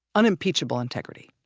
unimpeachable integrity